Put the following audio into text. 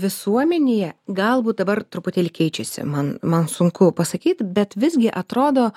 visuomenėje galbūt dabar truputėlį keičiasi man man sunku pasakyt bet visgi atrodo